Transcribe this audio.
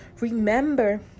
remember